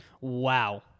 Wow